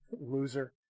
Loser